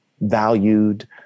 valued